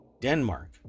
Denmark